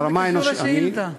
מה זה קשור לשאילתה?